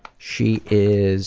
she is